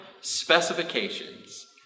specifications